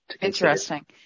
Interesting